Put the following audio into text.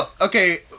Okay